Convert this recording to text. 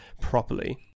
properly